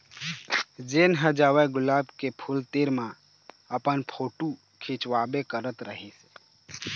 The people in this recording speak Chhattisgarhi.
जेन ह जावय गुलाब के फूल तीर म अपन फोटू खिंचवाबे करत रहिस हे